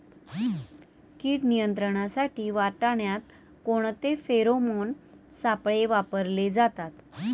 कीड नियंत्रणासाठी वाटाण्यात कोणते फेरोमोन सापळे वापरले जातात?